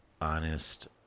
honest